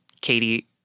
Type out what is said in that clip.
Katie